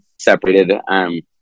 separated